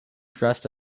dressed